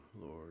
Lord